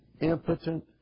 impotent